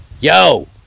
yo